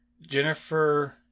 Jennifer